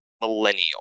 millennial